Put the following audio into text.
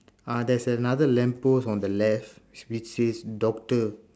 uh there's another lamp post on the left which says doctor